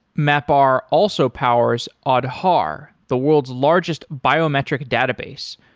mapr also powers aadhaar, the world's largest biometric database,